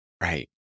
Right